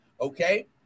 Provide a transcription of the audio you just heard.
Okay